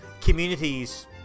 communities